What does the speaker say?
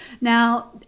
now